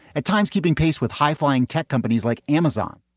at times keeping pace with high flying tech companies like amazon.